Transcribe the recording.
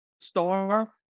star